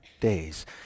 days